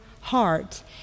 heart